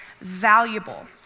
valuable